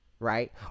right